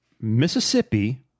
Mississippi